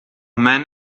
man